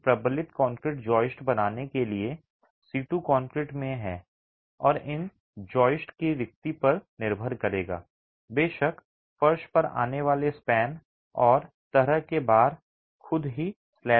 इन प्रबलित concrete joist बनाने के लिए सीटू कंक्रीटिंग में है और इन जॉइस्ट्स की रिक्ति पर निर्भर करेगा बेशक फर्श पर आने वाले स्पैन और तरह के भार खुद ही स्लैब में आते हैं